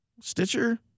Stitcher